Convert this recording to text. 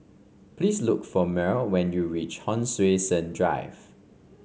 please look for Myrl when you reach Hon Sui Sen Drive